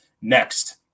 Next